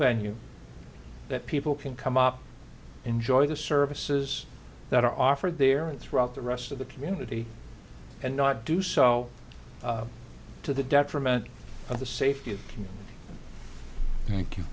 here that people can come up enjoy the services that are offered there and throughout the rest of the community and not do so to the detriment of the safety of